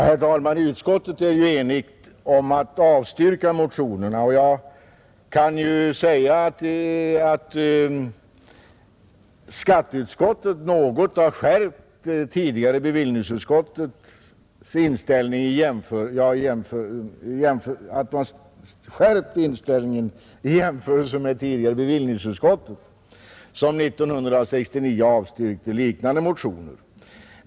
Herr talman! Utskottet har ju varit enigt om att avstyrka motionerna, Jag kan säga att skatteutskottet något har skärpt inställningen i jämförelse med det tidigare bevillningsutskottet, som 1969 avstyrkte liknande motioner.